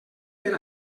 per